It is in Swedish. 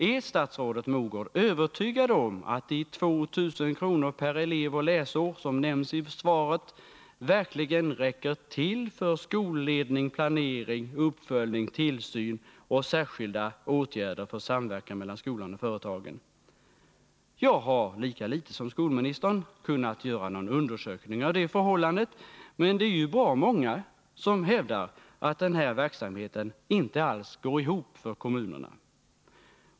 Är statsrådet Mogård övertygad om att de 2000 kr. per elev och läsår som nämns i svaret verkligen räcker till för skolledning, planering, uppföljning, tillsyn och särskilda åtgärder för samverkan mellan skolan och företagen? Jag har lika litet som skolministern kunnat göra någon undersökning av det förhållandet, men det är bra många som hävdar att den här verksamheten inte alls går ihop för kommunerna.